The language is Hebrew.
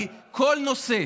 כי כל נושא,